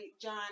John